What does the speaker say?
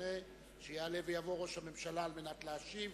לפני שיעלה ויבוא ראש הממשלה על מנת להשיב